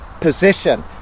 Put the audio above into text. position